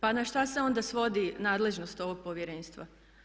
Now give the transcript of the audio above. Pa na šta se onda svodi nadležnost ovog Povjerenstva?